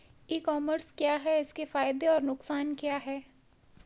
ई commerce क्या है इसके फायदे और नुकसान क्या है?